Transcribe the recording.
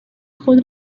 خود